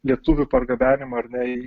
lietuvių pargabenimą ar ne į